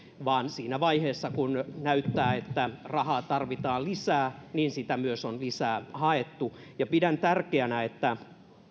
vaan siinä vaiheessa kun näyttää että rahaa tarvitaan lisää niin sitä myös on lisää haettu pidän tärkeänä että